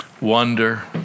wonder